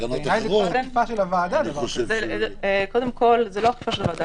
אחרות --- קודם כל, זה לא החלטה של הוועדה.